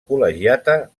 col·legiata